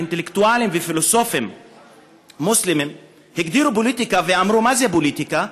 אינטלקטואלים ופילוסופים מוסלמים הגדירו פוליטיקה ואמרו מה זה פוליטיקה.